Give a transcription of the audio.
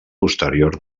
posterior